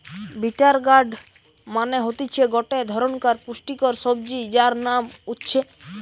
bitter gourd মানে হতিছে গটে ধরণকার পুষ্টিকর সবজি যার নাম উচ্ছে